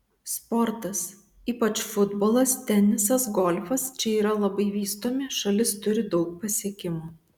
sportas ypač futbolas tenisas golfas čia yra labai vystomi šalis turi daug pasiekimų